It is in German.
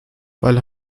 weil